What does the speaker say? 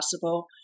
possible